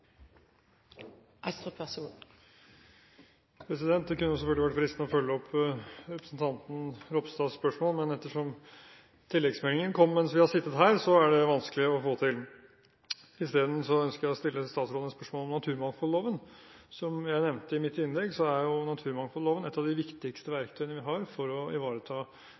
Det kunne også vært fristende å følge opp representanten Ropstads spørsmål, men ettersom tilleggsmeldingen kom mens vi har sittet her, er det vanskelig å få det til. Isteden ønsker jeg å stille statsråden et spørsmål om naturmangfoldloven. Som jeg nevnte i mitt innlegg, er naturmangfoldloven et av de viktigste verktøyene vi har for å ivareta